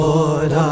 Lord